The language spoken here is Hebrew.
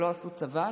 שלא עשו צבא,